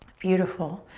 beautiful.